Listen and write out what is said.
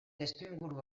testuinguru